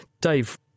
Dave